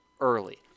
early